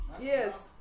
Yes